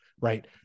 right